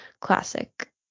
classic